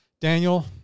Daniel